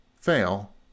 fail